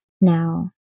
now